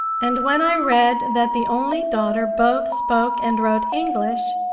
and when i read that the only daughter both spoke and wrote english,